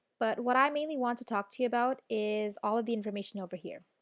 but what i mainly want to talk to you about is all the information over here.